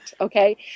Okay